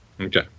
Okay